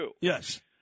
Yes